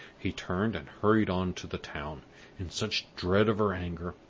he turned, and hurried on to the town in such dread of her anger,